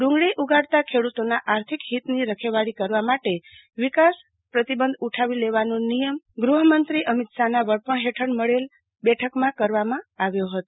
ડુંગળી ઉગાડતા ખેડૂતોના આર્થિક હિતની રખેવાળી કરવા માટે નિકાસ પ્રતિબંધ ઉઠાવી લેવાનો ગૃફમંત્રી અમિત શાહનાં વડપણ ફેઠળ મળેલ બેઠક માં લેવાયો ફતો